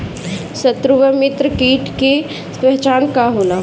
सत्रु व मित्र कीट के पहचान का होला?